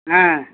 ஆ